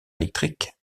électrique